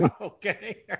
Okay